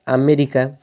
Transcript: America